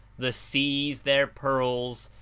the seas their pearls,